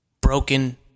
broken